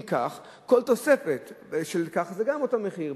אם כך, כל תוספת של כך זה גם אותו מחיר.